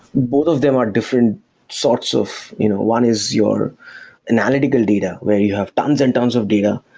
both of them are different sorts of you know one is your and analytical data, where you have tons and tons of data.